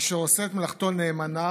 אשר עושה את מלאכתו נאמנה